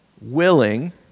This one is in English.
willing